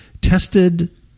tested